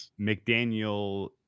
mcdaniel